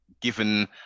given